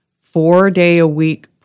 four-day-a-week